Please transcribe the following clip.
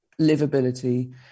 livability